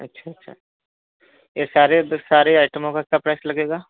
अच्छा अच्छा ये सारे सारे आइटमो का क्या प्राइस लगेगा